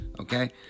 Okay